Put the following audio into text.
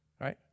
Right